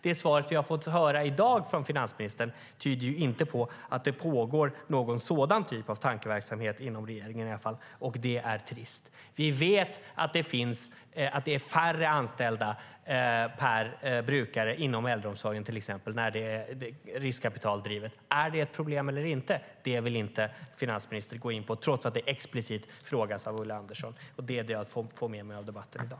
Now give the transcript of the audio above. Det svar vi har fått höra i dag från finansministern tyder inte på att det pågår någon sådan typ av tankeverksamhet inom regeringen, och det är trist. Vi vet att det är färre anställda per brukare inom äldreomsorgen, till exempel, när den är riskkapitaldriven. Är det ett problem eller inte? Det vill inte finansministern gå in på trots att det explicit frågas av Ulla Andersson. Det är det jag får med mig av debatten i dag.